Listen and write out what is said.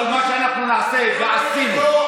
אבל מה שאנחנו נעשה ועשינו,